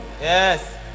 Yes